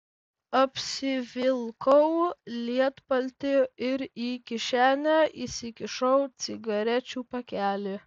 apsivilkau lietpaltį ir į kišenę įsikišau cigarečių pakelį